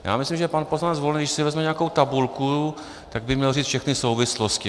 Já myslím, že pan poslanec Volný, když si vezme nějakou tabulku, tak by měl říct všechny souvislosti.